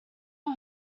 all